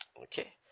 Okay